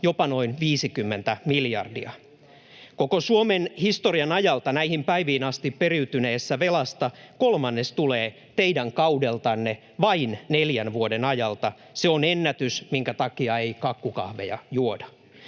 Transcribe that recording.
jopa noin 50 miljardia. Koko Suomen historian ajalta näihin päiviin asti periytyneestä velasta kolmannes tulee teidän kaudeltanne, vain neljän vuoden ajalta. Se on ennätys, minkä takia ei kakkukahveja juoda.